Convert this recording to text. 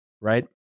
right